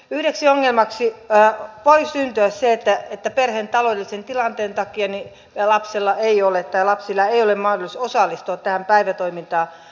yhdeksi ongelmaksi voi syntyä se että perheen taloudellisen tilanteen takia lapsilla ei ole mahdollisuutta osallistua tähän päivätoimintaan